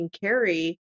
carry